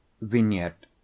Vignette